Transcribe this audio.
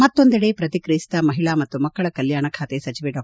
ಮತ್ತೊಂದೆಡೆ ಪ್ರತಿಕ್ರಿಯಿಸಿದ ಮಹಿಳಾ ಮತ್ತು ಮಕ್ಕಳ ಕಲ್ಕಾಣ ಖಾತೆ ಸಚಿವೆ ಡಾ